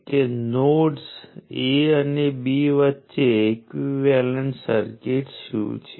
હવે જો વોલ્ટેજ અથવા કરંટ સમય ઉપર આધારિત હોય તો પાવર સમય સાથે બદલાતો રહેશે પરંતુ એક્સપ્રેશનો સમાન હશે